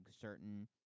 certain